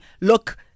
look